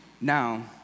Now